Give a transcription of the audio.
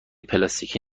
پلاستیکی